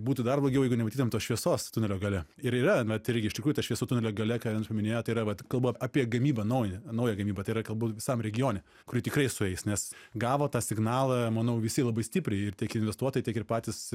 būtų dar blogiau jeigu nematytum tos šviesos tunelio gale ir yra na tai irgi iš tikrųjų ta šviesa tunelio gale ką jūs paminėjot tai yra vat kalbu apie gamybą naują naują gamybą tai yra kalbu visam regione kuri tikrai sueis nes gavo tą signalą manau visi labai stipriai ir tiek investuotai tiek ir patys